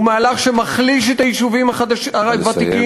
הוא מהלך שמחליש את היישובים הוותיקים,